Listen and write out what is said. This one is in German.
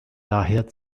daher